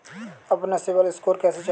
अपना CIBIL score कैसे check करें?